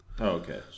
okay